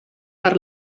per